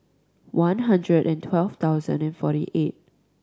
one hundred and twelve thousand and forty eight